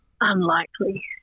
Unlikely